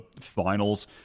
finals